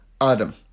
Adam